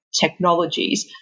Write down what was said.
technologies